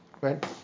Right